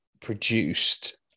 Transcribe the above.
produced